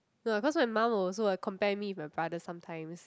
no cause my mum will also compare me with my brother sometimes